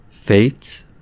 Fate